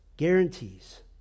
guarantees